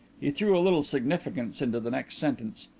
he threw a little significance into the next sentence.